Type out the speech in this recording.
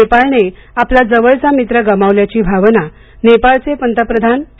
नेपाळने आपला जवळचा मित्र गमावल्याची भावना नेपाळचे पंतप्रधान के